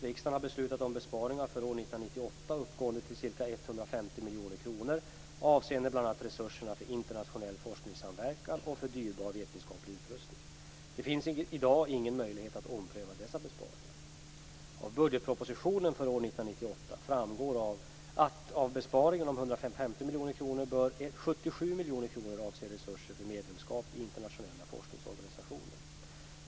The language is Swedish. Riksdagen har beslutat om besparingar för år 1998 uppgående till ca 150 miljoner kronor avseende bl.a. resurserna för internationell forskningssamverkan och för dyrbar vetenskaplig utrustning. Det finns i dag ingen möjlighet att ompröva dessa besparingar. Av budgetpropositionen för år 1998 framgår att av besparingen om 150 miljoner kronor bör 77 miljoner kronor avse resurser för medlemskap i internationella forskningsorganisationer.